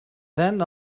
then